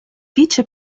vice